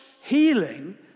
healing